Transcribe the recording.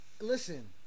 listen